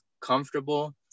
comfortable